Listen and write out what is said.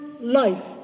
life